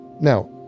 Now